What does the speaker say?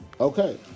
Okay